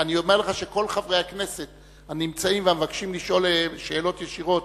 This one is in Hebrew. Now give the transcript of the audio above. אני אומר לך שכל חברי הכנסת הנמצאים והמבקשים לשאול שאלות ישירות